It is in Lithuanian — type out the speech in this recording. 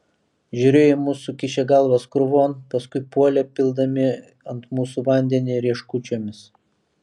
žiūrėjo į mus sukišę galvas krūvon paskui puolė pildami ant mūsų vandenį rieškučiomis